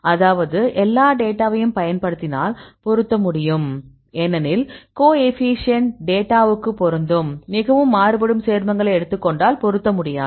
அதாவது எல்லா டேட்டாவையும் பயன்படுத்தினால் பொருத்த முடியும் ஏனெனில் கோஎஃபீஷியேன்ட் டேட்டாவுக்கு பொருந்தும் மிகவும் மாறுபடும் சேர்மங்களை எடுத்துக் கொண்டால் பொருத்த முடியாது